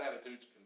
attitude's